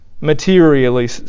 materially